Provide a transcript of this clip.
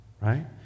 right